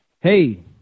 Hey